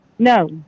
no